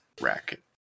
racket